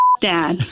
dad